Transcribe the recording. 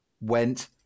went